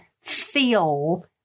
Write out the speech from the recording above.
feel